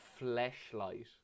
Fleshlight